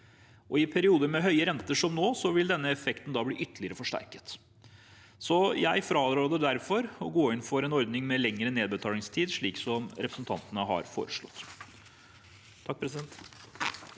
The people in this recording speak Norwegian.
I perioder med høye renter, som nå, vil denne effekten bli ytterligere forsterket. Jeg fraråder derfor å gå inn for en ordning med lengre nedbetalingstid, slik representantene har foreslått.